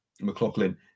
McLaughlin